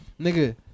Nigga